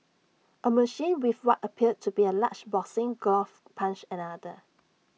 A machine with what appeared to be A large boxing glove punched another